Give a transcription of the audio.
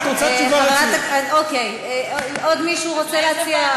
את רוצה תשובה, עוד מישהו רוצה להציע?